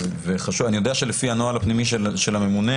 אני יודע שלפי הנוהל הפנימי של הממונה